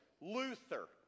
Luther